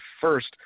first